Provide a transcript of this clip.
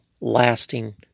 lasting